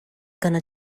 gonna